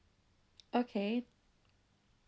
okay